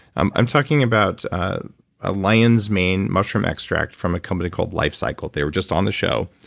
i'm i'm talking about ah a lion's mane mushroom extract from a company called life cykel. they were just on the show.